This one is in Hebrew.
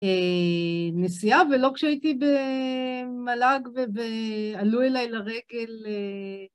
נסיעה, ולא כשהייתי במל"ג, ועלו אליי לרגל.